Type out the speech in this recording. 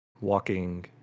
walking